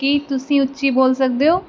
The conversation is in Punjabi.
ਕੀ ਤੁਸੀਂ ਉੱਚੀ ਬੋਲ ਸਕਦੇ ਹੋ